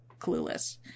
clueless